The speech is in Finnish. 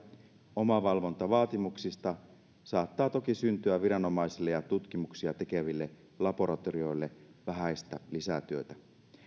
omavalvontavaatimuksista saattaa toki syntyä viranomaisille ja tutkimuksia tekeville laboratorioille vähäistä lisätyötä